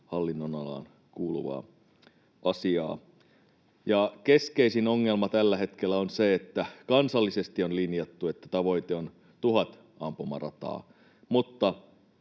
hallinnonalaan kuuluvaa asiaa. Keskeisin ongelma tällä hetkellä on se, että kansallisesti on linjattu, että tavoite on tuhat ampumarataa,